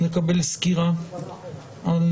לקבל סקירה על